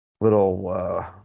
little